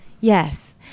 yes